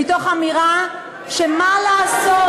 מתוך אמירה של: מה לעשות,